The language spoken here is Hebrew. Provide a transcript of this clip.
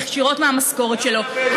ישירות מהמשכורת שלו.